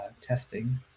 testing